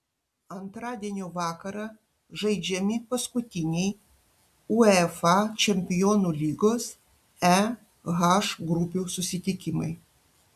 antradienio vakarą žaidžiami paskutiniai uefa čempionų lygos e h grupių susitikimai